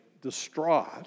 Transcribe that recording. distraught